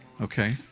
Okay